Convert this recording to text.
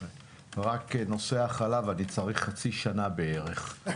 רק נושא החלב אני צריך חצי שנה בערך.